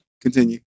continue